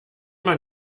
man